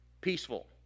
peaceful